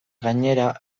gainera